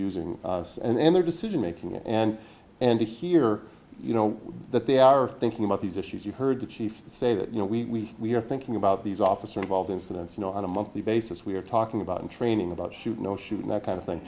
using and in their decision making and and here you know that they are thinking about these issues you heard the chief say that you know we we're thinking about these officer involved incidents you know on a monthly basis we're talking about training about shoot no shoot that kind of thing